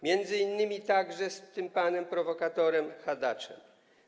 Między innymi także z tym panem prowokatorem Hadaczem.